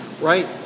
Right